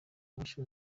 moshi